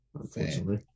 Unfortunately